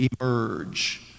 emerge